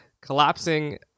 collapsing